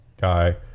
guy